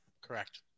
Correct